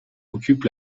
occupent